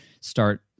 start